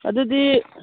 ꯑꯗꯨꯗꯤ